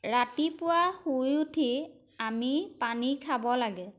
ৰাতিপুৱা শুই উঠি আমি পানী খাব লাগে